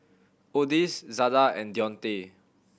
Odis Zada and Deontae